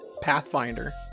Pathfinder